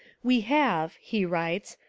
we have, he writes,